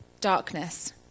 darkness